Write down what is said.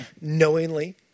knowingly